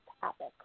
topic